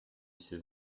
ses